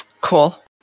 Cool